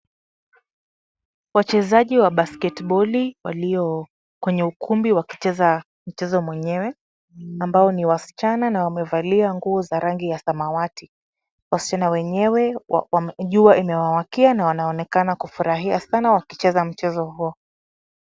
Wachezaji wa basketboli walio kwenye ukumbi wa kucheza mchezo mwenyewe, ambao ni wasichana na wamevalia nguo za samawati wasichana wenyewe jua limewawakia na wanaonekana wakifurahia sana wakicheza mchezo huo.